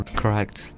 correct